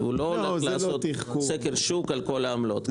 הוא לא הולך לעשות סקר שוק על כל העמלות.